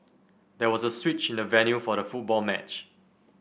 there was a switch in the venue for the football match